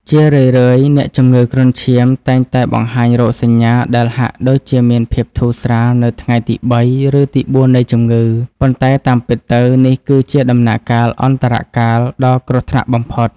ជារឿយៗ អ្នកជំងឺគ្រុនឈាមតែងតែបង្ហាញរោគសញ្ញាដែលហាក់ដូចជាមានភាពធូរស្រាលនៅថ្ងៃទីបី ឬទីបួននៃជំងឺ ប៉ុន្តែតាមពិតទៅ នេះគឺជាដំណាក់កាល អន្តរកាល ដ៏គ្រោះថ្នាក់បំផុត។